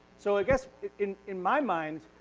so i guess in in my mind,